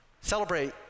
celebrate